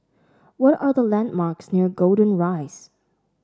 what are the landmarks near Golden Rise